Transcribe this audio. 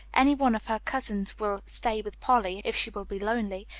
any one of her cousins will stay with polly, if she will be lonely.